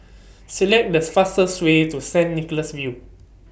Select The fastest Way to Saint Nicholas View